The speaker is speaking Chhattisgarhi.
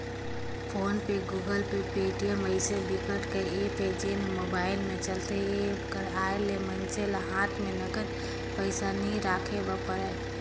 फोन पे, गुगल पे, पेटीएम अइसन बिकट कर ऐप हे जेन ह मोबाईल म चलथे ए एप्स कर आए ले मइनसे ल हात म नगद पइसा नइ राखे बर परय